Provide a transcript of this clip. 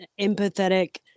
empathetic